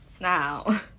Now